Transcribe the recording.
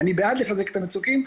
ואני בעד לחזק את המצוקים,